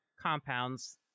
compounds